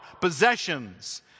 possessions